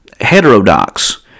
heterodox